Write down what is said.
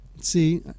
See